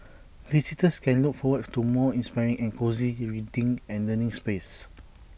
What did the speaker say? visitors can look forward to more inspiring and cosy he reading and learning spaces